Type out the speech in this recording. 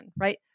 right